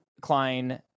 klein